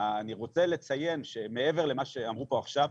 אני רוצה לציין שמעבר למה שאמרו פה עכשיו,